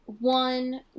One